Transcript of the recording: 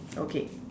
okay